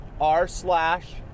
r/slash